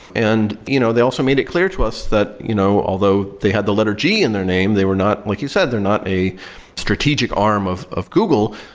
and you know they also made it clear to us that you know although they had the letter g in their name, they were not like you said, they're not a strategic arm of of google.